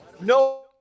No